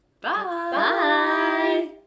Bye